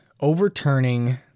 overturning